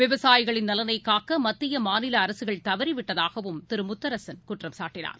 விவசாயிகளின் நலனைக்காக்கமத்திய மாநிலஅரசுகள் தவறிவிட்டதாகவும் திருமுத்தரசன் குற்றம் சாட்டினார்